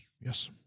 yes